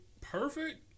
perfect